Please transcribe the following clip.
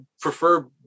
prefer